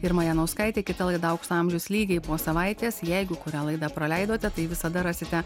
irma janauskaitė kita laida aukso amžius lygiai po savaitės jeigu kurią laidą praleidote tai visada rasite